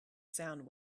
sound